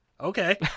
Okay